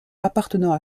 appartenant